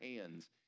hands